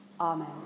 Amen